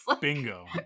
Bingo